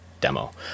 demo